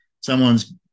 someone's